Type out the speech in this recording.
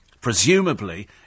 Presumably